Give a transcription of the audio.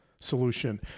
solution